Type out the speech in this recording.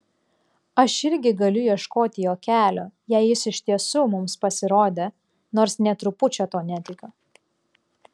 aš irgi galiu ieškot jo kelio jei jis iš tiesų mums pasirodė nors nė trupučio tuo netikiu